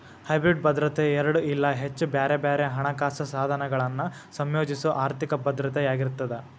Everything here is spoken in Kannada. ಹೈಬ್ರಿಡ್ ಭದ್ರತೆ ಎರಡ ಇಲ್ಲಾ ಹೆಚ್ಚ ಬ್ಯಾರೆ ಬ್ಯಾರೆ ಹಣಕಾಸ ಸಾಧನಗಳನ್ನ ಸಂಯೋಜಿಸೊ ಆರ್ಥಿಕ ಭದ್ರತೆಯಾಗಿರ್ತದ